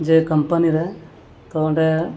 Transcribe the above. ᱡᱮ ᱠᱳᱢᱯᱟᱱᱤ ᱨᱮ ᱛᱚ ᱚᱸᱰᱮ